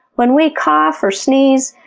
when we cough or sneeze,